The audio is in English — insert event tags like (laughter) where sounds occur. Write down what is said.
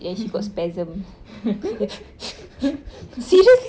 (noise)